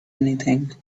anything